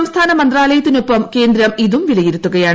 സംസ്ഥാന മന്ത്രാലായത്തിനൊപ്പം കേന്ദ്രം ഇതും വിലയിരുത്തുകയാണ്